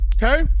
Okay